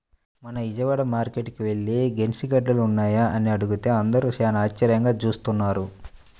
మొన్న విజయవాడ మార్కేట్టుకి యెల్లి గెనిసిగెడ్డలున్నాయా అని అడిగితే అందరూ చానా ఆశ్చర్యంగా జూత్తన్నారు